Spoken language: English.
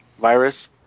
virus